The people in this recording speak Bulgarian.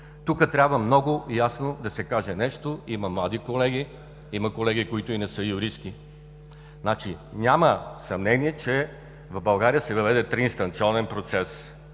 Тук трябва много ясно да се каже нещо – има млади колеги, има колеги, които не са юристи. Няма съмнение, че в България се въведе триинстанционен процес: